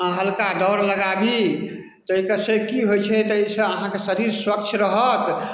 आओर हल्का दौड़ लागाबी तैके से की होइ छै तऽ अइसँ अहाँके शरीर स्वच्छ रहत